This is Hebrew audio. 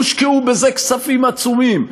הושקעו בזה כספים עצומים,